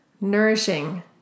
nourishing